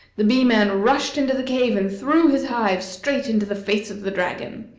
the bee-man rushed into the cave and threw his hive straight into the face of the dragon.